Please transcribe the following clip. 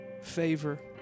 favor